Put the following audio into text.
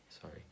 Sorry